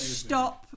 stop